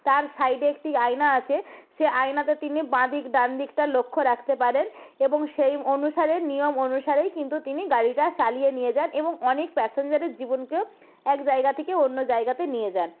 তার সাইডে একটি আয়না আছে সেই আয়নাতে তিনি বাঁ দিক ডান দিকটা লক্ষ্যে রাখতে পারেন এবং সেই অনুসারে নিয়ম অনুসারেই কিন্তু তিনি গাড়িটা চালিয়ে নিয়ে যান এবং অনেক প্যাসেঞ্জারের জীবনকেও এক জায়গা থেকে অন্য জায়গাতে নিয়ে যান